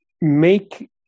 make